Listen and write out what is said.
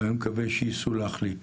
אבל אני מקווה שיסולח לי.